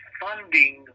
funding